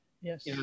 Yes